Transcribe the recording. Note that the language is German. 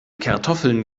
kartoffeln